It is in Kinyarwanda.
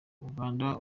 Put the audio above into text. uganda